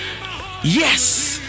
Yes